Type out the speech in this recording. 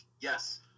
yes